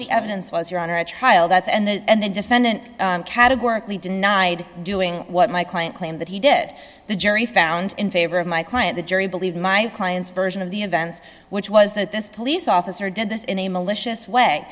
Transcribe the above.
the evidence was your honor at trial that's and the defendant categorically denied doing what my client claimed that he did it the jury found in favor of my client the jury believe my client's version of the events which was that this police officer did this in a malicious way